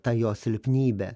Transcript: ta jo silpnybė